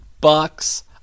Bucks